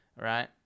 right